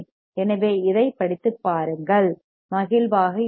எனவே இதைப் படித்து பாருங்கள் மற்றும் மகிழ்வாக இருங்கள்